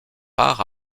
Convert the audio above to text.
part